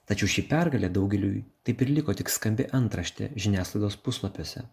tačiau ši pergalė daugeliui taip ir liko tik skambi antraštė žiniasklaidos puslapiuose